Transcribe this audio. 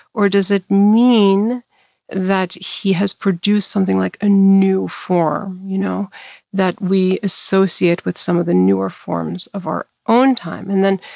or does it mean that he has produced something like a new form, you know that we associate with some of the newer forms of our own time? and then,